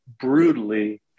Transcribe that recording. brutally